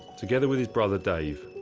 together with his brother, dave,